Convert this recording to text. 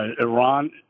Iran